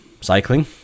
cycling